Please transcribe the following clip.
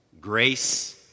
Grace